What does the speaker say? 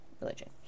religion